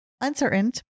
uncertain